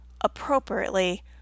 appropriately